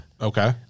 Okay